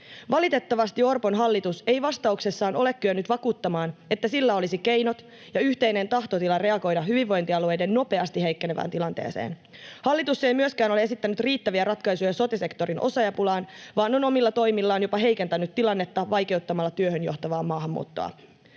Valitettavasti Orpon hallitus ei vastauksessaan ole kyennyt vakuuttamaan, että sillä olisi keinot ja yhteinen tahtotila reagoida hyvinvointialueiden nopeasti heikkenevään tilanteeseen. Hallitus ei myöskään ole esittänyt riittäviä ratkaisuja sote-sektorin osaajapulaan, vaan on omilla toimillaan jopa heikentänyt tilannetta vaikeuttamalla työhön johtavaa maahanmuuttoa.